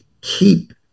keep